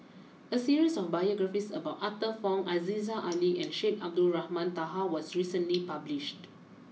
a series of biographies about Arthur Fong Aziza Ali and Syed Abdulrahman Taha was recently published